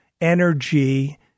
energy